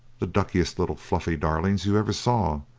the duckiest little fluffy darlings you ever saw.